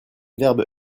verbe